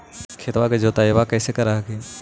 खेतबा के जोतय्बा कैसे कर हखिन?